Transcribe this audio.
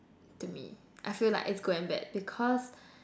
to me I feel like it's good and bad because